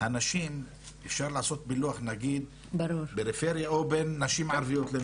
הנשים אפשר לעשות פילוח נגיד פריפריה או בין נשים ערביות לנשים?